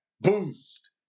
boost